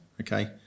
Okay